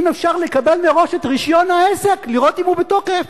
אם אפשר לקבל מראש את רשיון העסק לראות אם הוא בתוקף,